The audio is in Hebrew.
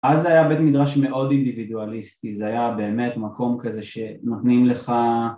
אז היה בית מדרש מאוד אינדיבידואליסטי, זה היה באמת מקום כזה שנותנים לך